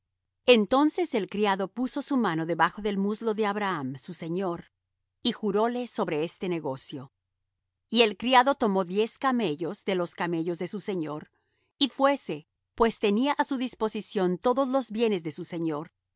entonces el criado puso su mano debajo del muslo de abraham su señor y juróle sobre este negocio y el criado tomó diez camellos de los camellos de su señor y fuése pues tenía á su disposición todos los bienes de su señor